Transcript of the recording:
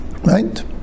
Right